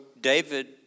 David